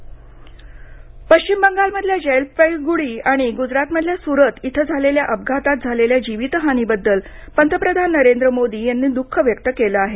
अपघात नुकसान भरपाई पश्चिम बंगालमधल्या जलपैगुडी आणि गुजरातमधल्या सूरत इथं झालेल्या अपघातात झालेल्या जीवितहानीबद्दल पंतप्रधान नरेंद्र मोदी यांनी दुख व्यक्त केलं आहे